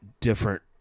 different